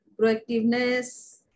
proactiveness